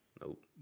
Nope